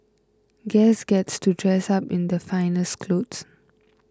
guests get to dress up in their finest clothes